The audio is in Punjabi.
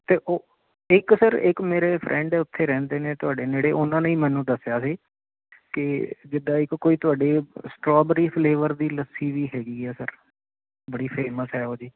ਅਤੇ ਉਹ ਇੱਕ ਸਰ ਇੱਕ ਮੇਰੇ ਫਰੈਂਡ ਆ ਉੱਥੇ ਰਹਿੰਦੇ ਨੇ ਤੁਹਾਡੇ ਨੇੜੇ ਉਹਨੇ ਹੀ ਮੈਨੂੰ ਦੱਸਿਆ ਸੀ ਕਿ ਜਿੱਦਾਂ ਇੱਕ ਕੋਈ ਤੁਹਾਡੇ ਸਟਰੋਬਰੀ ਫਲੇਵਰ ਦੀ ਲੱਸੀ ਵੀ ਹੈਗੀ ਹੈ ਸਰ ਬੜੀ ਫੇਮਸ ਹੈ ਉਹ ਜੀ